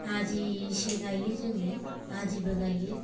आदिसो गायो जोङो आदिबो गायो